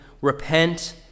Repent